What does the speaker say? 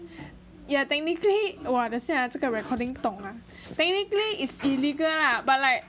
ya technically !wah! 等一下这个人那边动 technically is illegal lah but like